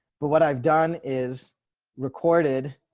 but what i've done is recorded.